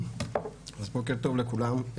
בוקר טוב לכולם.